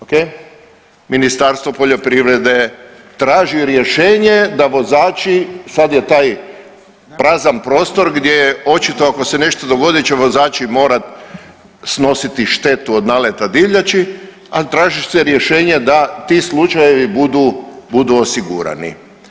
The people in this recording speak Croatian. Ok, Ministarstvo poljoprivrede traži rješenje da vozači, sad je taj prazan prostor gdje očito ako se nešto dogodi će vozači morati snositi štetu od naleta divljači, a traži se rješenje da ti slučajevi budu, budu osigurani.